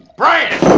brian!